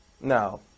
No